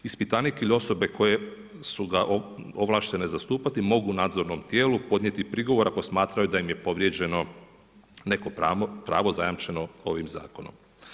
Ispitanik ili osobe koje su ga ovlaštene zastupati mogu nadzornom tijelu podnijeti prigovor ako smatraju da im je povrijeđeno neko pravo zajamčeno ovim zakonom.